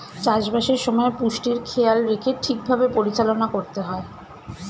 চাষ বাসের সময় পুষ্টির খেয়াল রেখে ঠিক ভাবে পরিচালনা করতে হয়